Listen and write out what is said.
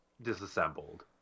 disassembled